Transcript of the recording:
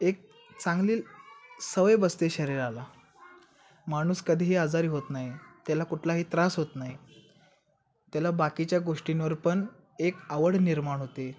एक चांगली सवय बसते शरीराला माणूस कधीही आजारी होत नाही त्याला कुठलाही त्रास होत नाही त्याला बाकीच्या गोष्टींवर पण एक आवड निर्माण होते